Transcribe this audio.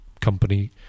company